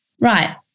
right